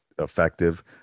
effective